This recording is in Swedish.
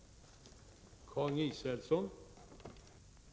SE Om åtgärder för att för enkla och effektivisera